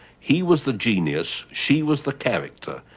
he was the genius, she was the character.